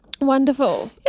Wonderful